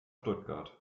stuttgart